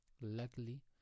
Luckily